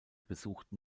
besuchten